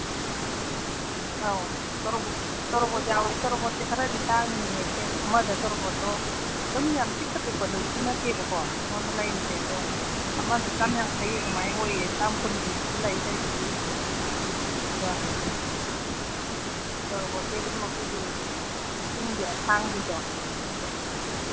ꯑ ꯑꯧ ꯇꯣꯔꯕꯣꯠ ꯌꯥꯎꯋꯦ ꯇꯣꯔꯕꯣꯠꯁꯦ ꯈꯔꯗꯤ ꯇꯥꯡꯏꯌꯦ ꯏꯆꯦ ꯑꯃꯗ ꯇꯣꯔꯕꯣꯠꯇꯣ ꯑꯗꯨꯝ ꯌꯥꯝ ꯄꯤꯛꯇ ꯄꯤꯛꯄꯕꯨꯗꯤ ꯅꯠꯇꯦꯕꯀꯣ ꯑꯩꯉꯣꯟꯗ ꯂꯩꯔꯤꯁꯦ ꯑꯗꯣ ꯑꯃꯗ ꯆꯥꯃ ꯌꯥꯡꯈꯩ ꯑꯗꯨꯃꯥꯏ ꯑꯣꯏꯌꯦ ꯆꯥꯃ ꯀꯨꯟ ꯄꯤꯕꯁꯨ ꯂꯩ ꯂꯩꯕꯗꯤ ꯑꯗꯨꯒ ꯇꯣꯔꯕꯣꯠꯇꯤ ꯑꯗꯨꯝ ꯑꯩꯈꯣꯏꯒꯤ ꯆꯤꯡꯒꯤ ꯑꯁꯥꯡꯕꯤꯗꯣ ꯑꯗꯨꯅꯦꯕ